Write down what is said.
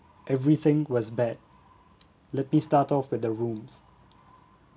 everything was bad let me start off with the rooms